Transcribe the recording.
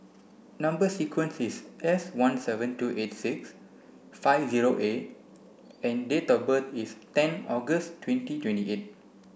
number sequence is S one seven two eight six five zero A and date of birth is ten August twenty twenty eight